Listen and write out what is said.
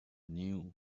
new